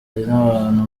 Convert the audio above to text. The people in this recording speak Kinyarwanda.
n’abantu